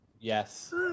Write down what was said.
Yes